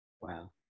wow